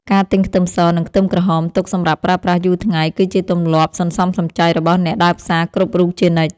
ការទិញខ្ទឹមស និងខ្ទឹមក្រហមទុកសម្រាប់ប្រើប្រាស់យូរថ្ងៃ គឺជាទម្លាប់សន្សំសំចៃរបស់អ្នកដើរផ្សារគ្រប់រូបជានិច្ច។